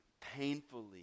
painfully